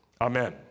Amen